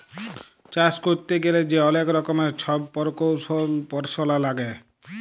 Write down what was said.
চাষ ক্যইরতে গ্যালে যে অলেক রকমের ছব পরকৌশলি পরাশলা লাগে